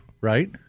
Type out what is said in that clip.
right